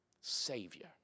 Savior